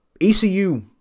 ECU